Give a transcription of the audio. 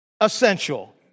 essential